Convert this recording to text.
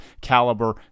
caliber